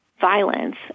violence